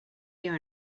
you